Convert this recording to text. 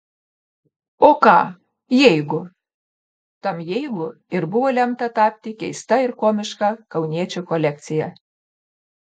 o ką jeigu tam jeigu ir buvo lemta tapti keista ir komiška kauniečio kolekcija